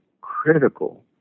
critical